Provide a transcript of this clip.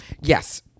Yes